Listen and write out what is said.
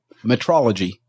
metrology